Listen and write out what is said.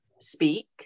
speak